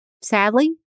Sadly